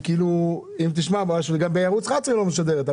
אם תשמע משהו, היא גם בערוץ 11 לא משדרת.